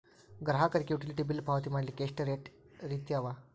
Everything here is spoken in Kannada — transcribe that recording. ಗ್ರಾಹಕರಿಗೆ ಯುಟಿಲಿಟಿ ಬಿಲ್ ಪಾವತಿ ಮಾಡ್ಲಿಕ್ಕೆ ಎಷ್ಟ ರೇತಿ ಅವ?